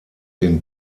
den